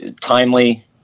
timely